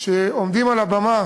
עומדים על הבמה